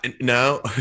no